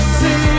see